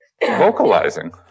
vocalizing